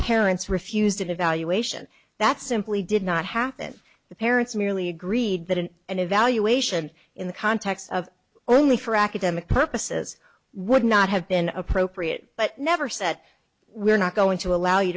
parents refused an evaluation that simply did not happen the parents merely agreed that an evaluation in the context of only for academic purposes would not have been appropriate but never said we're not going to allow you